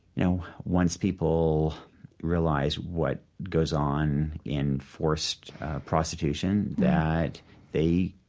know, once people realize what goes on in forced prostitution, that they,